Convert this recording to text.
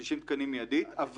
60 תקנים מידית.